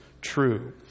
true